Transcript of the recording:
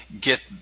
get